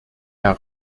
herr